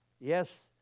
Yes